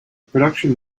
production